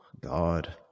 God